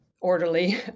orderly